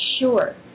sure